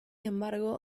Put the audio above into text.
embargo